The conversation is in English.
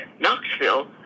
Knoxville